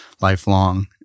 lifelong